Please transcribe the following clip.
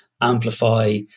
amplify